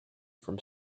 from